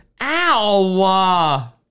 Ow